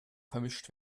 vermischt